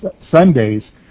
Sundays